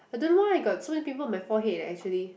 I don't know why I got so many pimple on my forehead leh actually